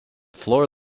floor